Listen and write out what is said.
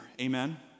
Amen